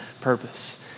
purpose